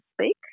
speak